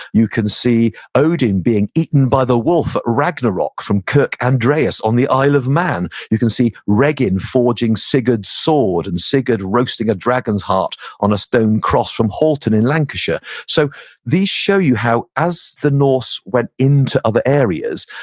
you can see odin being eaten by the wolf at ragnarok from kirk andreas on the isle of man. you can see reginn forging sigurd's sword and sigurd roasting a dragon's heart on a stone cross from halton in lancaster so these show you how as the norse went into other areas,